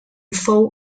fou